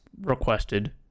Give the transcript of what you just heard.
requested